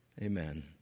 Amen